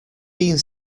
being